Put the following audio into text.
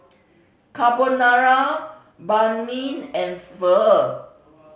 Carbonara Banh Mi and Pho